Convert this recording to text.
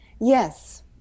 yes